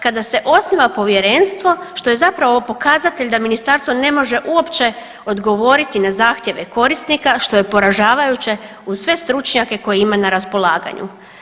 Kada se osniva povjerenstvo što je zapravo pokazatelj da ministarstvo ne može uopće odgovoriti na zahtjeve korisnika, a što je poražavajuće uz sve stručnjake koje ima na raspolaganju.